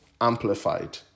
Amplified